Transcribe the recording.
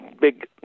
big